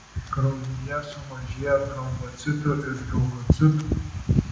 kraujyje sumažėja trombocitų ir leukocitų